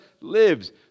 lives